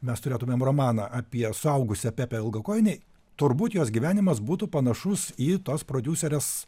mes turėtumėm romaną apie suaugusią pepę ilgakojinę turbūt jos gyvenimas būtų panašus į tos prodiuserės